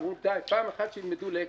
אמרו: די, פעם אחת שילמדו לקח.